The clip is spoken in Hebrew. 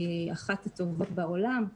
היא אחת הטובות בעולם.